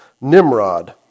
Nimrod